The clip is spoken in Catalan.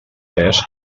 pes